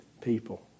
people